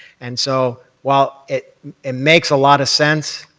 and so while it it makes a lot of sense